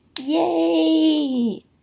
Yay